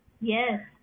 Yes